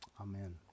amen